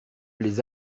lès